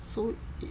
so i~